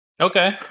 Okay